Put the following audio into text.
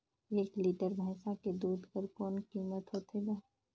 एक लीटर भैंसा के दूध कर कौन कीमत होथे ग?